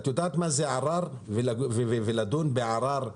את יודעת מה זה ערר ולדון בערר?